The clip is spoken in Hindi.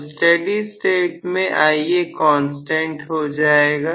तो स्टेडी स्टेट में Ia कांस्टेंट हो जाएगा